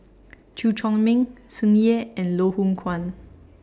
Chew Chor Meng Tsung Yeh and Loh Hoong Kwan